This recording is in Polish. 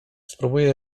spróbuję